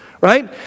right